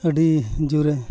ᱟᱹᱰᱤ ᱡᱳᱨᱮ